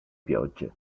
piogge